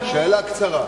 שאלה קצרה.